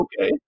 Okay